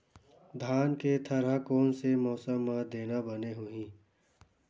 धान के थरहा कोन से मौसम म देना बने होही?